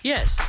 Yes